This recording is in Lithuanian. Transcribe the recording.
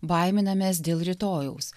baiminamės dėl rytojaus